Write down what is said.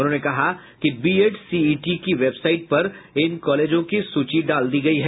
उन्होंने कहा कि बीएडसीईटी की वेबसाइट पर इन कॉलेजों की सूची डाल दी गयी है